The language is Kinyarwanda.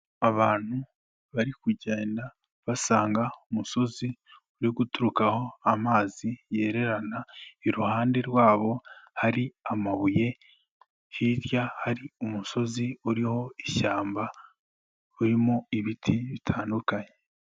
Abantu bari kugenda basanga umusozi uri guturukaho amazi yererana, iruhande rwabo hari amabuye, hirya hari umusozi uriho ishyamba, urimo ibiti bitandukanye.